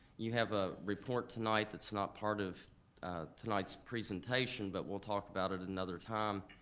you have a report tonight that's not part of tonight's presentation, but we'll talk about it another time,